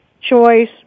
Choice